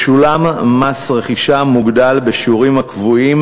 ישולם מס רכישה מוגדל בשיעורים הקבועים